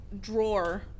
drawer